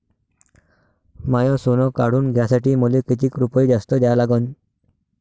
माय सोनं काढून घ्यासाठी मले कितीक रुपये जास्त द्या लागन?